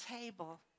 table